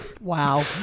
Wow